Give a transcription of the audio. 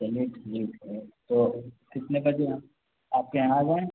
चलिए ठीक है तो कितने बजे हम आपके यहाँ आ जाए